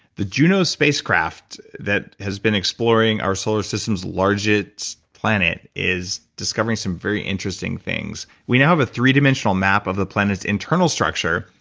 the juno spacecraft that has been exploring our solar system's largest planet is discovering some very interesting things. we now have a three dimensional map of the planet's internal structure,